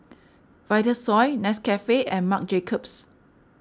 Vitasoy Nescafe and Marc Jacobs